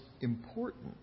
important